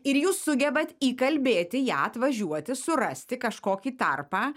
ir jūs sugebat įkalbėti ją atvažiuoti surasti kažkokį tarpą